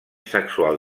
sexual